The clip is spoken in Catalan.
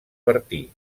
bertí